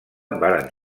varen